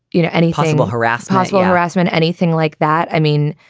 you know, any possible harass, possible harassment, anything like that. i mean,